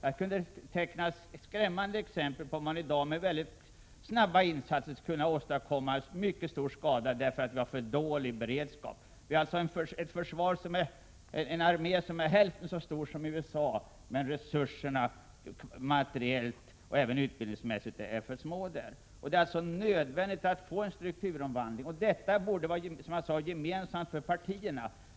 Jag kunde teckna skrämmande exempel på hur en angripare med snabba insatser skulle kunna åstadkomma mycket stor skada därför att vi har för dålig beredskap. Vi har en armé som är hälften så stor som USA:s, men resurserna materiellt och även utbildningsmässigt är för små. Det är alltså nödvändigt med en strukturomvandling, och detta borde som jag sade vara gemensamt för partierna.